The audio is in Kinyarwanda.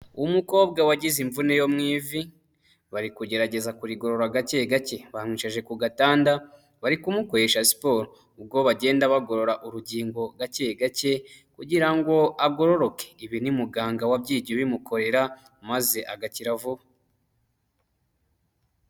Umukobwa wagize imvune yo mu ivi bari kugerageza kurigorora gake gake bamwicaje ku gatanda bari kumukoresha siporo, ubwo bagenda bagorora urugingo gake gake kugira ngo agororoke ibi ni muganga wabyigiye ubimukorera maze agakira vuba.